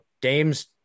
Dame's